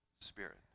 spirit